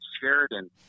Sheridan